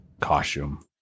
costume